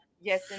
Yes